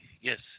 Yes